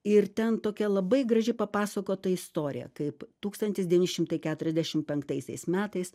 ir ten tokia labai graži papasakota istorija kaip tūkstantis devyni šimtai keturiasdešim penktaisiais metais